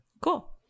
Cool